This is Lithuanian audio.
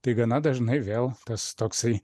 tai gana dažnai vėl tas toksai